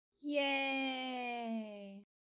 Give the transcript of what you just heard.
Yay